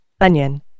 onion